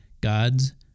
God's